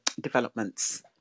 developments